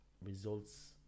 results